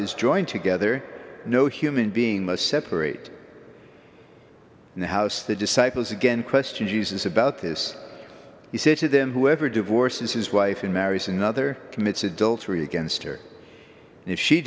is joined together no human being must separate in the house the disciples again question jesus about this he said to them whoever divorces his wife and marries another commits adultery against her